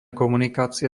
komunikácie